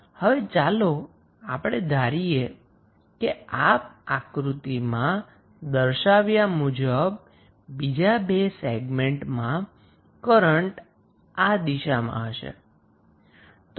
હવે ચાલો આપણે ધારી એ કે આ આક્રુતિમાં દર્શાવ્યા મુજબ બીજા 2 સેગમેન્ટમાં કરન્ટ આ દિશામાં હશે